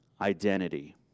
identity